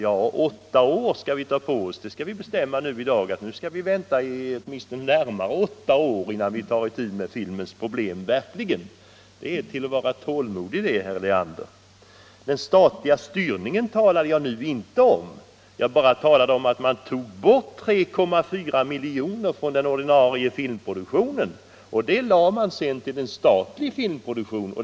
Ja, vi skall tydligen ta åtta år på oss innan vi tar itu med filmproblemen — det skall vi tydligen bestämma i dag. Det är till att vara tålmodig, herr Leander! Jag talade inte om statlig styrning. Jag talade bara om att man tog bort 3,4 miljoner från den ordinarie filmproduktionen och lade de pengarna på statlig filmproduktion.